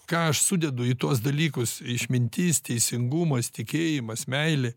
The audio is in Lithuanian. ką aš sudedu į tuos dalykus išmintis teisingumas tikėjimas meilė